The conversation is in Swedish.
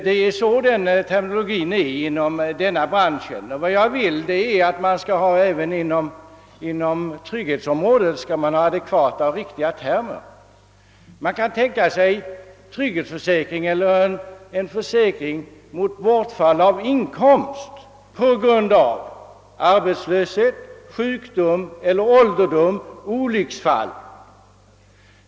Det är nämligen terminologin inom denna bransch. Även på trygghetsområdet måste man ha adekvata termer. Man kan tänka sig en trygghetsförsäkring eller en försäkring mot inkomstbortfall på grund av arbetslöshet, sjukdom, ålderdom eller olycksfall.